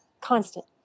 constant